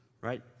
right